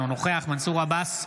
אינו נוכח מנסור עבאס,